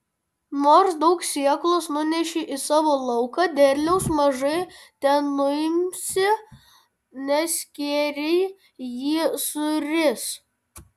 nors daug sėklos nuneši į savo lauką derliaus mažai tenuimsi nes skėriai jį suris